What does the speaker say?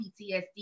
PTSD